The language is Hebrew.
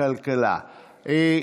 הכלכלה נתקבלה.